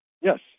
Yes